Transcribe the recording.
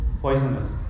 poisonous